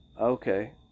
Okay